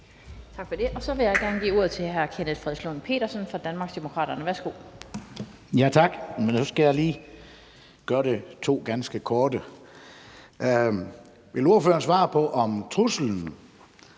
Vil ordføreren svare på, om truslen